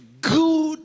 good